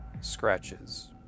Scratches